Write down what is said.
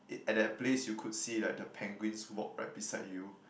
it at that place you could see like the penguins walk right beside you